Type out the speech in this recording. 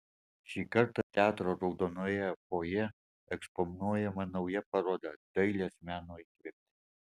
šį kartą teatro raudonojoje fojė eksponuojama nauja paroda dailės meno įkvėpti